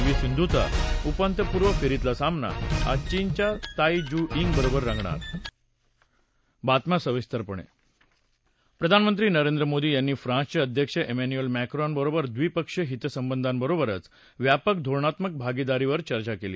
V सिंधूचा उपांत्यपूर्व फेरीतला सामना आज चीनच्या ताई जू यिंग बरोबर रंगणार प्रधानगंत्री नरेंद्र मोदी यांनी फ्रान्स चे अध्यक्ष एमॅन्यूअल मॅक्रोन बरोबर द्विपक्षीय हितसंबधाबरोबरच व्यापक धोरणात्मक भागीदारीवर चर्चा केली